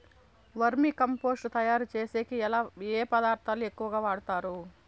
వర్మి compost తయారుచేసేకి ఏ పదార్థాలు ఎక్కువగా వాడుతారు